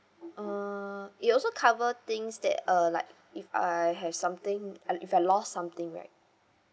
uh it also cover things that uh like if I have something uh if I lost something right